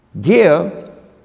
Give